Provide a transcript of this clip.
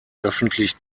öffentlich